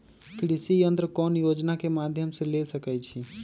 कृषि यंत्र कौन योजना के माध्यम से ले सकैछिए?